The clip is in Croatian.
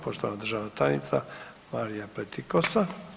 Poštovana državna tajnica Marija Pletikosa.